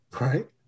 Right